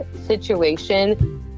situation